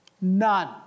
None